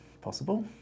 possible